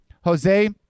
jose